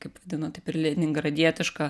kaip vadino taip ir leningaradietišką